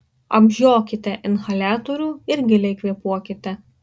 apžiokite inhaliatorių ir giliai kvėpuokite